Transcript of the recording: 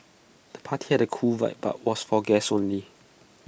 the party had A cool vibe but was for guests only